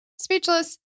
Speechless